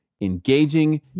engaging